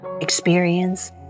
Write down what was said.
experience